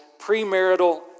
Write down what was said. premarital